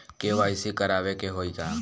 KYC करावे के होई का?